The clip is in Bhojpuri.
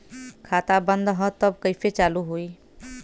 खाता बंद ह तब कईसे चालू होई?